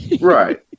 Right